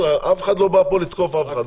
אף אחד לא בא פה לתקוף אף אחד.